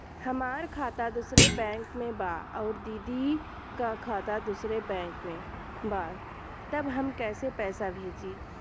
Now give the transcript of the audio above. हमार खाता दूसरे बैंक में बा अउर दीदी का खाता दूसरे बैंक में बा तब हम कैसे पैसा भेजी?